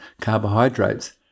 carbohydrates